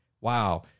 wow